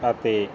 ਅਤੇ